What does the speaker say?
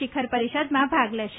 શિખર પરિષદમાં ભાગ લેશે